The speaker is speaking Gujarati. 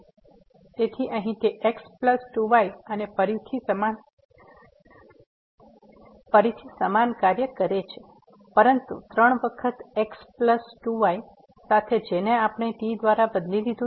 તેથી અહીં તે x પ્લસ 2 y અને ફરીથી સમાન કાર્ય કરે છે પરંતુ 3 વખત x પ્લસ 2 y સાથે જેને આપણે t દ્વારા બદલી લીધું છે